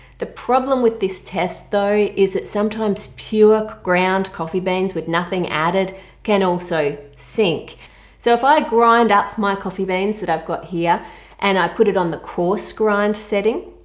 the problem with this test though is that sometimes pure ground coffee beans with nothing added can also sink so if i grind up my coffee beans that i've got here and i put it on the coarse grind setting